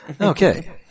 Okay